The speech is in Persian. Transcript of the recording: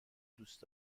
دوست